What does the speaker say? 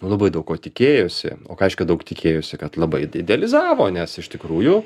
labai daug ko tikėjosi o ką reiškia daug tikėjosi kad labai idealizavo nes iš tikrųjų